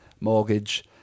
mortgage